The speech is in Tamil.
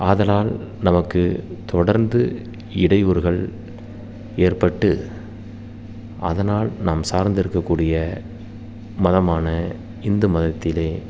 ஆதலால் நமக்கு தொடர்ந்து இடையூறுகள் ஏற்பட்டு அதனால் நாம் சார்ந்து இருக்கக்கூடிய மதமான இந்து மதத்தில்